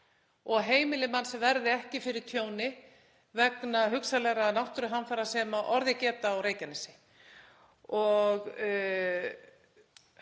að heimili manns verði ekki fyrir tjóni vegna hugsanlegra náttúruhamfara sem orðið geta á Reykjanesi. Hv.